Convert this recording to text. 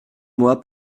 moi